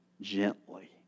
gently